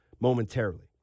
Momentarily